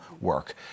work